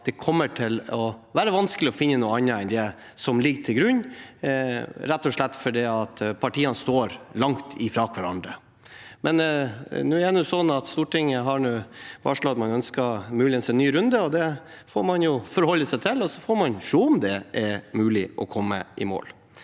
det kommer til å være vanskelig å finne noe annet enn det som ligger til grunn, rett og slett fordi partiene står langt fra hverandre. Men Stortinget har varslet at man muligens ønsker en ny runde. Det får man forholde seg til, og så får man se om det er mulig å komme i mål.